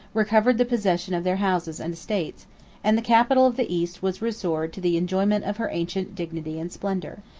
recovered the possession of their houses and estates and the capital of the east was restored to the enjoyment of her ancient dignity and splendor.